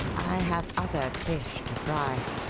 i have other fish to fry.